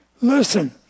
Listen